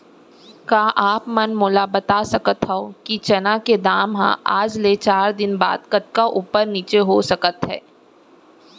का आप मन मोला बता सकथव कि चना के दाम हा आज ले चार दिन बाद कतका ऊपर नीचे हो सकथे?